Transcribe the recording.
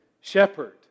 shepherd